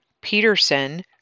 Peterson